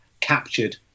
captured